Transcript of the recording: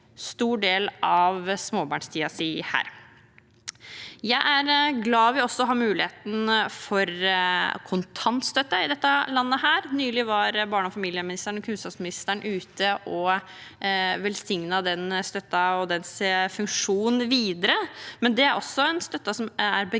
stor del av småbarnstiden sin her. Jeg er glad vi også har muligheten for kontantstøtte i dette landet. Nylig var barne- og familieministeren og kunnskapsministeren ute og velsignet den støtten og dens funksjon videre, men det er en støtte som er begrenset